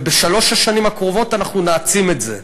ובשלוש השנים הקרובות אנחנו נעצים את זה.